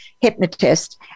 hypnotist